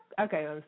Okay